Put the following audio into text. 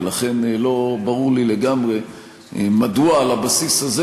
ולכן לא ברור לי לגמרי מדוע על הבסיס הזה